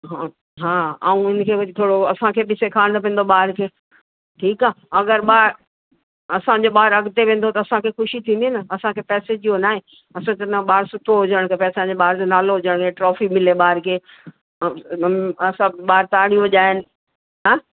हा हा ऐं इनखे वरी थोरो असांखे बि सेखारिणो पवंदो ॿार खे ठीकु आहे अगरि ॿार असांजे ॿार अॻिते वेंदो त असांखे ख़ुशी थींदी न असांखे पैसे जी हो न आहे असां चवंदा आहियूं ॿार सुठो हुजणु खपे असांजे ॿार जो नालो हुजणु के ट्रॉफी मिले ॿार खे अ अम असां ॿार ताड़ियूं वजाइन हा